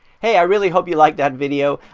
hey, i really hope you liked that video.